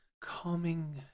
calming